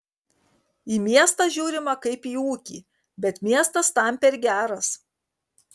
į miestą žiūrima kaip į ūkį bet miestas tam per geras